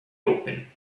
open